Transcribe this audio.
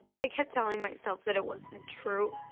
i kept telling myself that it wasn't true.